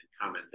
comment